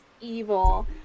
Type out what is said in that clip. evil